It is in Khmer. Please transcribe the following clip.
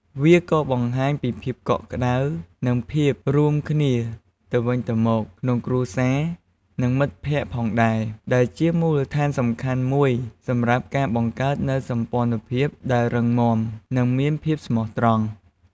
វាក៏បង្ហាញពីភាពកក់ក្ដៅ និងភាពរួមរួមគ្នាទៅវិញទៅមកក្នុងគ្រួសារ និងមិត្តភក្តិផងដែរ ដែលជាមូលដ្ឋានសំខាន់មួយសម្រាប់ការបង្កើតនូវសម្ព័ន្ធភាពដែលរឹងមាំ និងមានភាពស្មោះត្រង់។